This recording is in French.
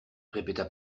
répéta